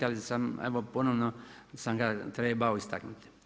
Ali sam evo ponovno sam ga trebao istaknuti.